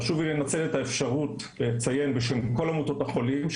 חשוב לי לנצל את האפשרות לציין בשם כל עמותות החולים,